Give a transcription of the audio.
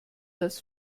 das